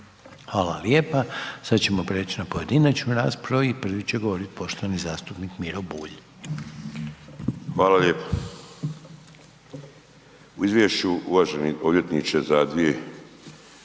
Hvala lijepa, sad ćemo preć na pojedinačnu raspravu i prvi će govorit poštovani zastupnik Miro Bulj. **Bulj, Miro (MOST)** Hvala lijepo. U izvješću uvaženi odvjetniče za 2017.